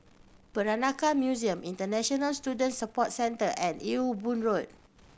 Peranakan Museum International Student Support Centre and Ewe Boon Road